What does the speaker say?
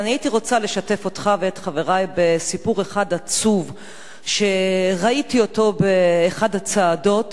הייתי רוצה לשתף אותך ואת חברי בסיפור אחד עצוב שראיתי באחת הצעדות.